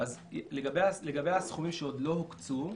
לגבי הסכומים שעוד לא הוקצו,